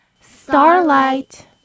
Starlight